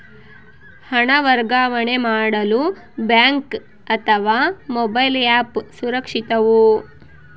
ಹಣ ವರ್ಗಾವಣೆ ಮಾಡಲು ಬ್ಯಾಂಕ್ ಅಥವಾ ಮೋಬೈಲ್ ಆ್ಯಪ್ ಸುರಕ್ಷಿತವೋ?